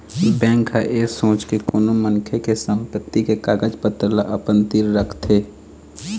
bank ह ऐ सोच के कोनो मनखे के संपत्ति के कागज पतर ल अपन तीर रखथे